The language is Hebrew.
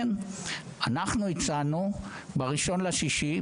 אנחנו הצענו ב-1 ביולי,